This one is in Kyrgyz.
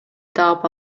таап